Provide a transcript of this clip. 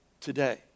Today